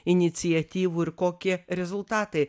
iniciatyvų ir kokie rezultatai